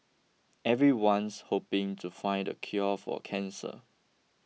everyone's hoping to find the cure for cancer